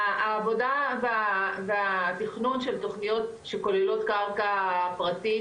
העבודה והתכנון של תוכניות שכוללות קרקע פרטית,